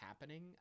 happening